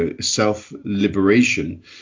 self-liberation